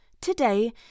today